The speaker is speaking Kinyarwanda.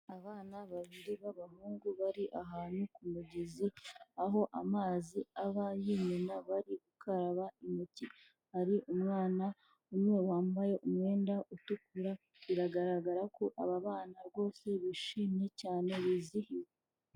Abana babiri b'abahungu bari ahantu ku mugezi, aho amazi aba yimena bari gukaraba intoki, hari umwana umwe wambaye umwenda utukura, biragaragara ko aba bana rwose bishimye cyane bizihiwe.